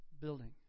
building